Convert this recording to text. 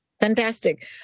Fantastic